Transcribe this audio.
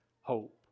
hope